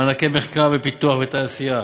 מענקי מחקר ופיתוח בתעשייה.